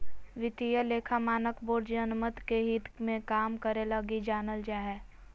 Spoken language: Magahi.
वित्तीय लेखा मानक बोर्ड जनमत के हित मे काम करे लगी ही जानल जा हय